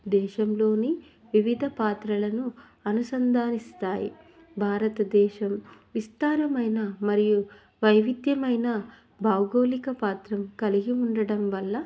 దేశంలోని వివిధ ప్రాంతాలను అనుసంధానిస్తాయి భారతదేశం విస్తారమైన మరియు వైవిధ్యమైన భౌగోళిక ప్రాంతం కలిగి ఉండడం వల్ల